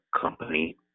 company